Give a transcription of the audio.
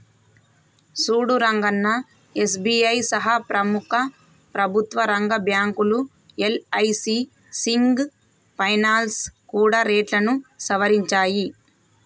సూడు రంగన్నా ఎస్.బి.ఐ సహా ప్రముఖ ప్రభుత్వ రంగ బ్యాంకులు యల్.ఐ.సి సింగ్ ఫైనాల్స్ కూడా రేట్లను సవరించాయి